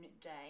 day